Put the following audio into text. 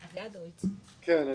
כאן.